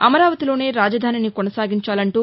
అమరావతిలోనే రాజధానిని కొనసాగించాలంటూ